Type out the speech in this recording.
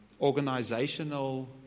organizational